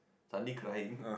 suddenly crying